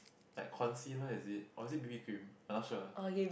like concealer is it or is it b_b cream I not sure